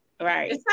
Right